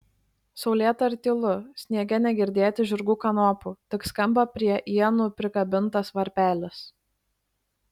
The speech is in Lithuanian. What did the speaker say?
saulėta ir tylu sniege negirdėti žirgų kanopų tik skamba prie ienų prikabintas varpelis